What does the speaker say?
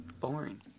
boring